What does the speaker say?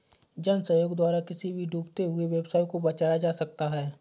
जन सहयोग द्वारा किसी भी डूबते हुए व्यवसाय को बचाया जा सकता है